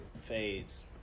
fades